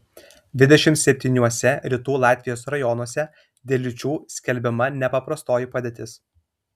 dvidešimt septyniuose rytų latvijos rajonuose dėl liūčių skelbiama nepaprastoji padėtis